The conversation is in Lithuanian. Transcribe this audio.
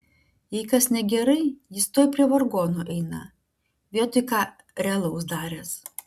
kai kas negerai jis tuoj prie vargonų eina vietoj ką realaus daręs